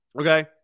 Okay